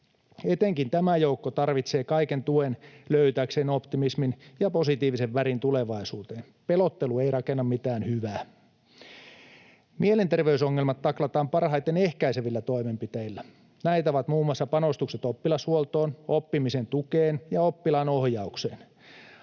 Etenkin tämä joukko tarvitsee kaiken tuen löytääkseen optimismin ja positiivisen värin tulevaisuuteen. Pelottelu ei rakenna mitään hyvää. Mielenterveysongelmat taklataan parhaiten ehkäisevillä toimenpiteillä. Näitä ovat muun muassa panostukset oppilashuoltoon, oppimisen tukeen ja oppilaanohjaukseen.